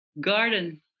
garden